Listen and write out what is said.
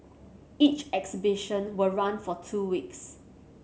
each exhibition will run for two weeks